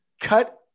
cut